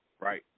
right